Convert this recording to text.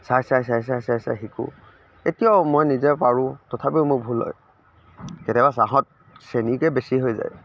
চাই চাই চাই চাই চাই চাই শিকোঁ এতিয়াও মই নিজে পাৰোঁ তথাপিও মোৰ ভুল হয় কেতিয়াবা চাহত চেনীকে বেছি হৈ যায়